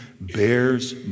bears